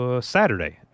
Saturday